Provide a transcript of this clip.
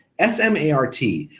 s m a r t,